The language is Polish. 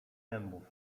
zębów